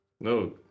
No